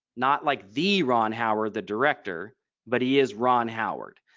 not like the ron howard the director but he is ron howard.